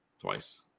twice